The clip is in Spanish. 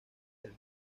del